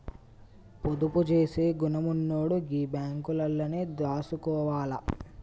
పొదుపు జేసే గుణమున్నోడు గీ బాంకులల్లనే దాసుకోవాల